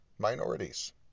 Minorities